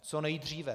Co nejdříve.